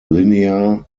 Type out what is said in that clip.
linear